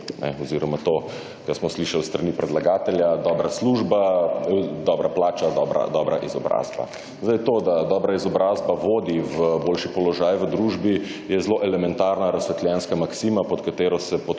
Oziroma to, kar smo slišali s strani predlagatelja, dobra plača - dobra izobrazba. Zdaj to, da dobra izobrazba vodi v boljši položaj v družbi, je zelo elementarna razsvetljenska maksima, pod katero se podpišem